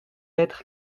être